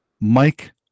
Mike